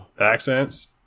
Accents